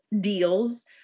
deals